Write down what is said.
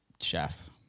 chef